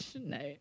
no